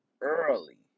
early